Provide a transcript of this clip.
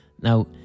Now